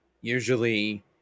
usually